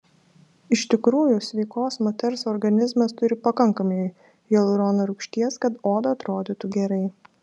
iš tikrųjų sveikos moters organizmas turi pakankamai hialurono rūgšties kad oda atrodytų gerai